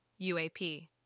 UAP